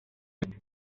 oculta